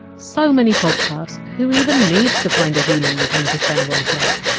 so many podcasts, who even needs to find a human with whom to spend one! s life?